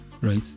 Right